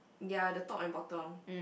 yea the top and bottom